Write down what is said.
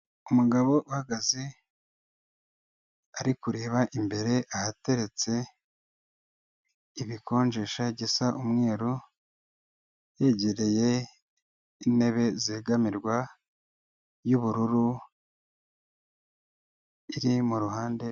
Umugabo uhagaze ari kureba imbere ahateretse ibikonjesha gisa umweru, yegereye intebe zegamirwa y'ubururu iri mu ruhande rwe.